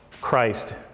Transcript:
Christ